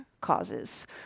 Causes